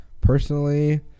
Personally